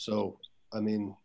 so i mean